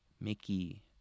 Mickey